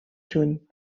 juny